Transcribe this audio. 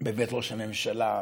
בבית ראש הממשלה,